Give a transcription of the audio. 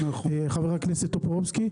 חבר הכנסת טופורובסקי,